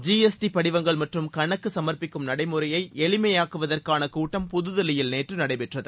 G S T படிவங்கள் மற்றும் கணக்கு சமர்ப்பிக்கும் நடைமுறையை எளிமையாக்குவதற்கான கூட்டம் புதுதில்லியில் நேற்று நடைபெற்றது